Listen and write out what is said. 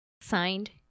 Signed